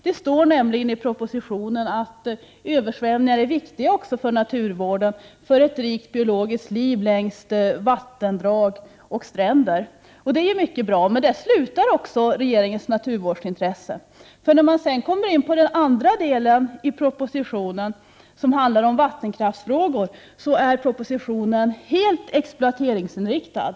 Det står nämligen i propositionen att översvämningar är viktiga också för naturvården och för ett rikt biologiskt liv längs vattendrag och stränder. Det är ju mycket bra, men där slutar regeringens naturvårdsintresse. När man kommer in på den andra delen av propositionen, som handlar om vattenkraftsfrågor, finner man att den är helt exploateringsinriktad.